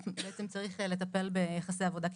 בעצם צריך לטפל ביחסי עבודה קיבוציים.